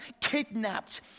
kidnapped